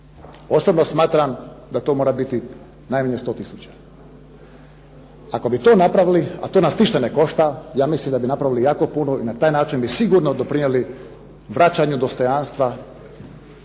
Osobno smatram da to mora biti najmanje 100 tisuća. Ako bi to napravili, a to nas ništa ne košta, ja mislim da bi napravili jako puno i na taj način bi sigurno doprinijeli vraćanju dostojanstva